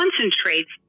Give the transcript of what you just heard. concentrates